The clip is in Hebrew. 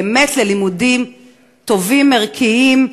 באמת ללימודים טובים, ערכיים,